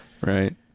Right